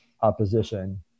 opposition